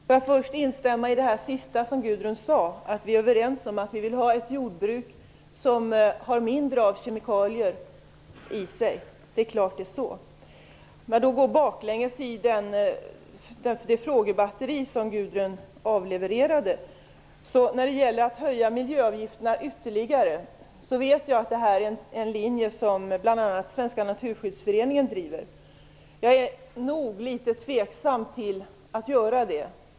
Fru talman! Får jag först instämma i det sista som Gudrun Lindwall sade, att vi är överens om att vi vill ha ett jordbruk som har mindre av kemikalier i sig. Självklart är det så. Låt mig sedan gå baklänges i det frågebatteri som Gudrun Lindwall avlevererade. När det gäller att höja miljöavgifterna ytterligare vet jag att det är en linje som bl.a. Svenska Naturskyddsföreningen driver. Jag är nog litet tveksam till att göra detta.